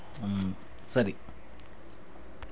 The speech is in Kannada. ಹ್ಞೂ ಸರಿ